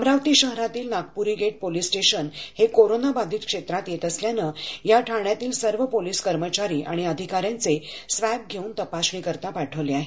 अमरावती शहरातील Nagpuri gate police station हे corona बाधित क्षेत्रात येत असल्यामुळे या ठाण्यातील सर्व पोलिस कर्मचारी आणि अधिकाऱ्यांचे स्वॅब घेऊन तपासणीकरिता पाठवले आहेत